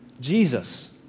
Jesus